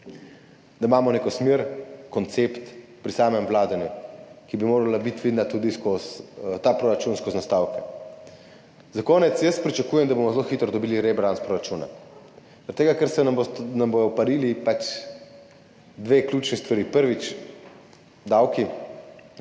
da imamo neko smer, koncept pri samem vladanju, ki bi moral biti viden tudi skozi ta proračun, skozi nastavke. Za konec. Jaz pričakujem, da bomo zelo hitro dobili rebalans proračuna zaradi tega, ker se nam bosta uparili dve ključni stvari. Prvič, davki,